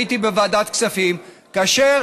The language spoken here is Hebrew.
הייתי בוועדת הכספים כאשר